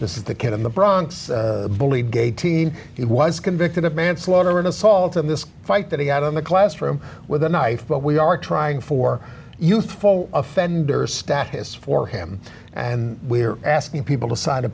this is the kid in the bronx bullied gay teen he was convicted of manslaughter and assault in this fight that he had in the classroom with a knife but we are trying for youthful offender status for him and we're asking people to sign a